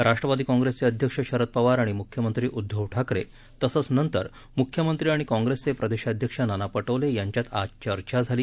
राष्ट्रवादी काँग्रेसचे अध्यक्ष शरद पवार आणि म्ख्यमंत्री उद्धव ठाकरे तसंच नंतर म्ख्यमंत्री आणि काँग्रेसचे प्रदेशाध्यक्ष नाना पशोले यांच्यात आज चर्चा झाली